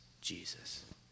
Jesus